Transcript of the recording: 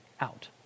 out